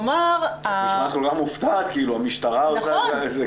את נשמעת מופתעת, כאילו המשטרה עושה את זה.